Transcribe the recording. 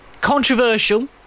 Controversial